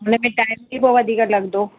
हुनमें टाइम बि पोइ वधीक लगंदो